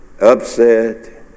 Upset